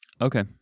okay